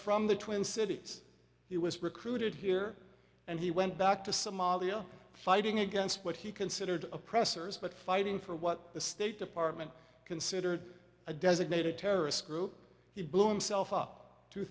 from the twin cities he was recruited here and he went back to somalia fighting against what he considered oppressors but fighting for what the state department considered a designated terrorist group he blew him self up two